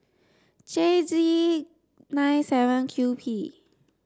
J G nine seven Q P